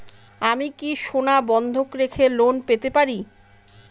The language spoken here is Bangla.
আমি কি সোনা বন্ধক রেখে লোন পেতে পারি?